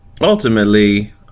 ultimately